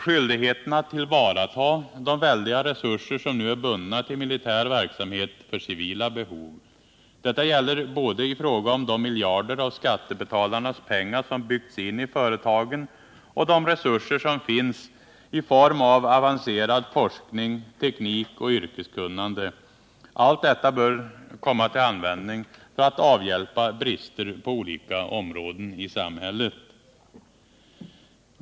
Skyldigheten att tillvarata de väldiga resurser som nu är bundna till militär verksamhet för civila behov. Detta gäller både i fråga om de miljarder av skattebetalarnas pengar som byggts in i företagen och de resurser som finns i form av avancerad forskning, teknik och yrkeskunnande. Allt detta bör komma till användning för att avhjälpa brister på olika områden i samhället.